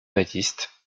baptiste